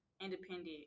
independent